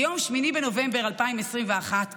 ביום 8 בנובמבר 2021,